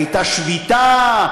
הייתה שביתה,